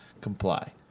comply